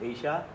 Asia